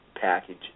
package